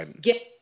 get